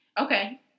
Okay